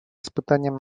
испытанием